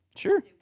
Sure